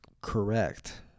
correct